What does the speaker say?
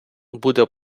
буде